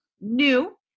new